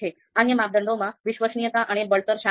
અન્ય માપદંડમાં વિશ્વસનીયતા અને બળતણ શામેલ છે